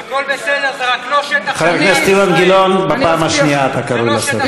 חבר הכנסת אילן גילאון, בפעם השנייה נקראת לסדר.